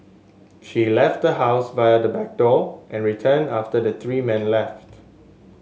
she left the house via the back door and returned after the three men left